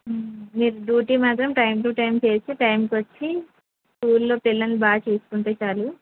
మీరు డ్యూటీ మాత్రం time to time చేసి టైమ్కి వచ్చి స్కూల్లో పిల్లలని బాగా చూసుకుంటే చాలు